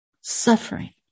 suffering